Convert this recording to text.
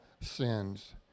sins